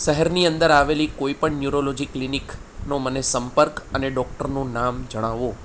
શહેરની અંદર આવેલી કોઈપણ ન્યુરોલોજી ક્લિનિકનો મને સંપર્ક અને ડોક્ટરનું નામ જણાવો